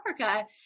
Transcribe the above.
Africa